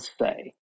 say